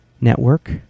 Network